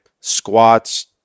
squats